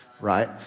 right